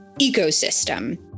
ecosystem